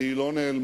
והיא לא נעלמה.